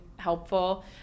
helpful